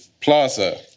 Plaza